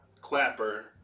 Clapper